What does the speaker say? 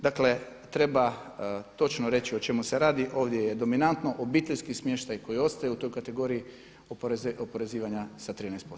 Dakle, treba točno reći o čemu se radi, ovdje je dominantno obiteljski smještaj koji ostaje u toj kategoriji oporezivanja sa 13%